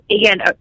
Again